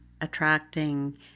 attracting